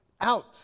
out